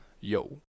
yo